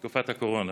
תקופת הקורונה?